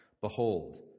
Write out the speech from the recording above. behold